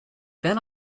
then